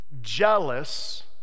jealous